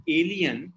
alien